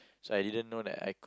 so I didn't know that I could